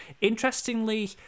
Interestingly